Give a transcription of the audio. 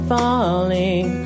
falling